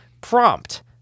prompt